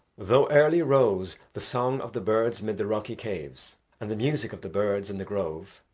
though early rose the song of the birds mid the rocky caves and the music of the birds in the grove,